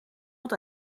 wat